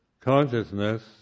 Consciousness